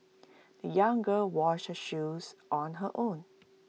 the young girl washed her shoes on her own